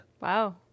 Wow